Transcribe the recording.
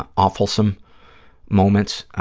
ah awfulsome moments,